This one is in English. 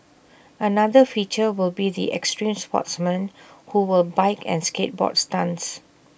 another feature will be the extreme sportsmen who will bike and skateboard stunts